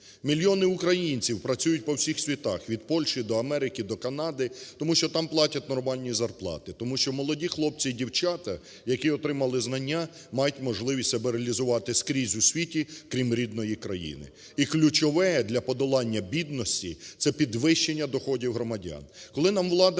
Мільйони українців працюють по всіх світах – від Польщі до Америки, до Канади – тому що там платять нормальні зарплати, тому що молоді хлопці і дівчата, які отримали знання, мають можливість себе реалізувати скрізь у світі, крім рідної країни. І ключове для подолання бідності це підвищення доходів громадян.